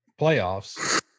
playoffs